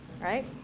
Right